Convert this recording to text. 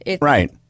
Right